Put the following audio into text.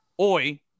Oi